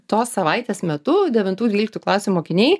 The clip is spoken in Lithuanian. tos savaitės metu devintų dvyliktų klasių mokiniai